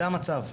זה המצב.